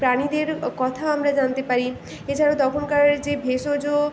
প্রাণীদের কথা আমরা জানতে পারি এছাড়াও তখনকার যে ভেষজ